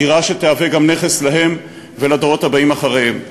דירה שתהווה גם נכס להם ולדורות הבאים אחריהם.